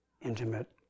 intimate